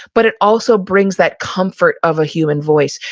but it also brings that comfort of a human voice.